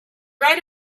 right